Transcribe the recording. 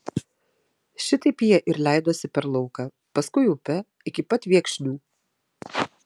šitaip jie ir leidosi per lauką paskui upe iki pat viekšnių